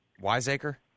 Wiseacre